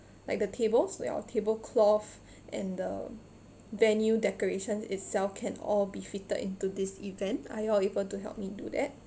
like the tables our table cloth and the venue decoration itself can all be fitted into this event are you all able to help me do that